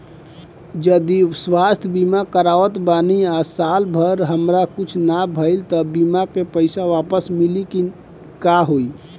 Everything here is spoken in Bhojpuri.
जदि स्वास्थ्य बीमा करावत बानी आ साल भर हमरा कुछ ना भइल त बीमा के पईसा वापस मिली की का होई?